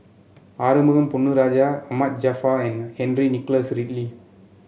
Arumugam Ponnu Rajah Ahmad Jaafar and Henry Nicholas Ridley